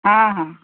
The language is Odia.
ହଁ ହଁ